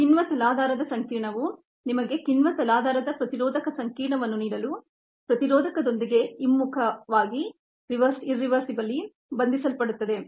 enzyme substrate complex ನಿಮಗೆ enzyme substrate inhibitor complex ನೀಡಲು inhibitor ನೊಂದಿಗೆ ಹಿಮ್ಮುಖರಿವರ್ಸಿಬಲಿ reversiblyವಾಗಿ ಬಂಧಿಸಲ್ಪಡುತ್ತದೆ